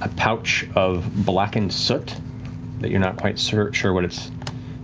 a pouch of blackened soot that you're not quite sure what its